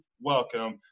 welcome